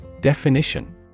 Definition